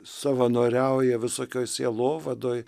savanoriauja visokioj sielovadoj